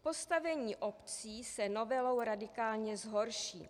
Postavení obcí se novelou radikálně zhorší.